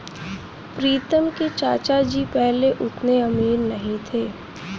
प्रीतम के चाचा जी पहले उतने अमीर नहीं थे